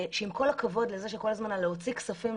שעם כל הכבוד להוצאת כספים כל הזמן,